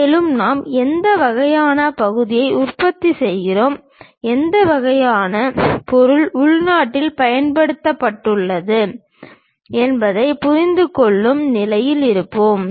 மேலும் நாம் எந்த வகையான பகுதியை உற்பத்தி செய்கிறோம் எந்த வகையான பொருள் உள்நாட்டில் பயன்படுத்தப்பட்டுள்ளது என்பதைப் புரிந்துகொள்ளும் நிலையில் இருப்போம்